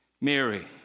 Mary